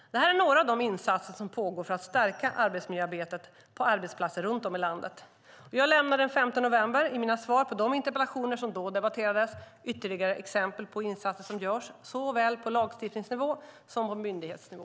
Det här är några av de insatser som pågår för att stärka arbetsmiljöarbetet på arbetsplatser runt om i landet. Jag lämnade den 5 november, i mina svar på de interpellationer som då debatterades, ytterligare exempel på insatser som görs såväl på lagstiftningsnivå som på myndighetsnivå.